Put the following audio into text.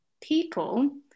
people